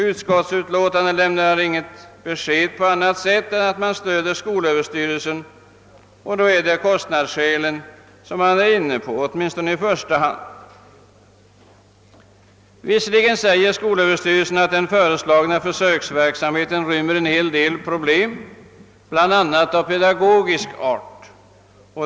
Utskottsutlåtandet lämnar inget besked på annat sätt än att man stöder skolöverstyrelsens förslag, och då är det i första hand kostnadsskäl som anförs. Skolöverstyrelsen säger att den föreslagna försöksverksamheten rymmer en hel del problem bl.a. av pedagogisk art.